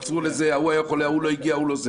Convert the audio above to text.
עצרו לזה, ההוא היה חולה, זה לא הגיע וכולי.